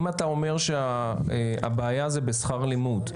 אם אתה אומר שהבעיה זה בשכר לימוד,